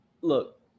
look